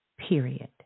period